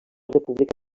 república